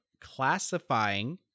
classifying